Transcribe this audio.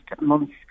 months